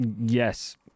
Yes